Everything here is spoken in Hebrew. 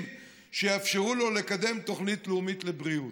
שיאפשרו לו לקדם תוכנית לאומית לבריאות.